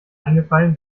eingefallen